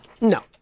No